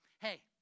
Hey